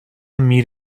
meet